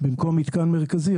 במקום מתקן מרכזי,